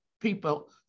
people